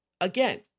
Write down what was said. again